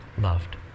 loved